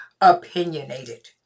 opinionated